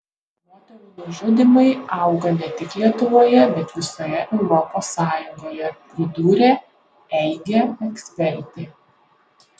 moterų nužudymai auga net tik lietuvoje bet visoje europos sąjungoje pridūrė eige ekspertė